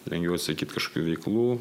lengviau atsisakyt kažkokių veiklų